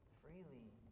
freely